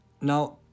now